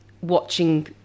watching